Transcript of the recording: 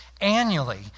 annually